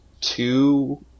two